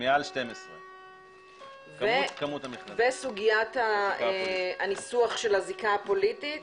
מעל 12. וסוגיית הניסוח של הזיקה הפוליטית,